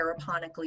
aeroponically